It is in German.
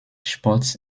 sports